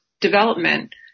development